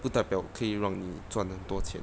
不代表可以让你赚很多钱